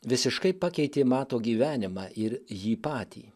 visiškai pakeitė mato gyvenimą ir jį patį